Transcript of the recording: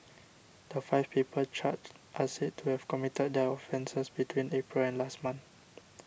the five people charged are said to have committed their offences between April and last month